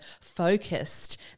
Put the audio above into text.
focused